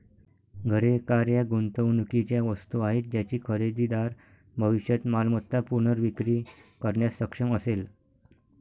घरे, कार या गुंतवणुकीच्या वस्तू आहेत ज्याची खरेदीदार भविष्यात मालमत्ता पुनर्विक्री करण्यास सक्षम असेल